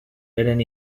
eren